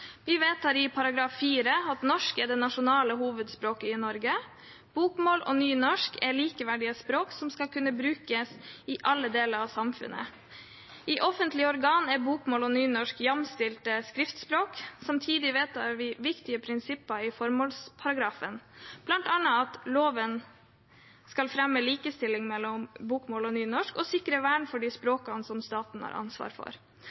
Vi vedtar i § 4 at norsk er det nasjonale hovedspråket i Norge, at bokmål og nynorsk er likeverdige språk som skal kunne brukes i alle deler av samfunnet, og at i offentlige organ er bokmål og nynorsk jamstilte skriftspråk. Samtidig vedtar vi viktige prinsipper i formålsparagrafen, bl.a. at loven skal fremme likestilling mellom bokmål og nynorsk og sikre vern for de språkene som staten har ansvar for,